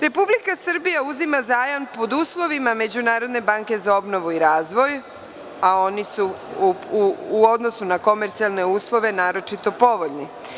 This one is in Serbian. Republika Srbija uzima zajam po uslovima Međunarodne banke za obnovu i razvoj, a oni su u odnosu na komercijalne uslove naročito povoljni.